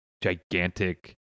gigantic